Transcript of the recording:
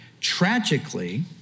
tragically